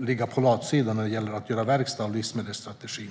ligga på latsidan när det gäller att göra verklighet av livsmedelsstrategin.